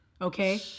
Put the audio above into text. okay